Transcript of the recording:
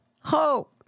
Hope